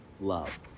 love